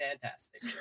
fantastic